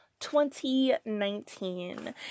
2019